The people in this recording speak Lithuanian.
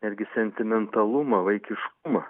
netgi sentimentalumą vaikiškumą